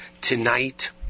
tonight